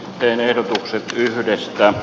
teen ehdotuksen yhdestä